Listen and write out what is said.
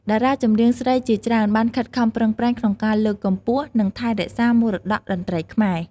តារាចម្រៀងស្រីជាច្រើនបានខិតខំប្រឹងប្រែងក្នុងការ លើកកម្ពស់ និងថែរក្សាមរតកតន្ត្រីខ្មែរ។